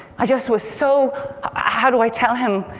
i just was so how do i tell him?